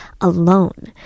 alone